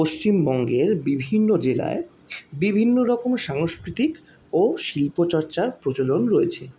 পশ্চিমবঙ্গের বিভিন্ন জেলায় বিভিন্ন রকম সাংস্কৃতিক ও শিল্পচর্চার প্রচলন রয়েছে